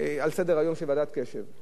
ועדת קש"ב,